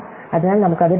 അതിനാൽ നമുക്ക് അത് 2